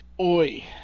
Oi